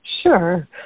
Sure